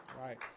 right